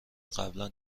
قبلا